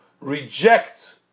reject